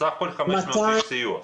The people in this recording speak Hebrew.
בסך הכול 500 איש סיוע.